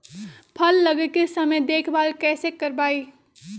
फल लगे के समय देखभाल कैसे करवाई?